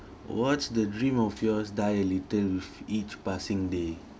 what's the dream of yours die a little with each passing day